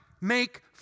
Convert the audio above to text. make